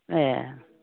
ए